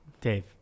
Dave